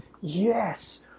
yes